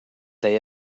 they